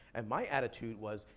and my attitude was,